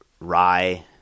rye